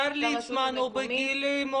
השר ליצמן הוא בגילי,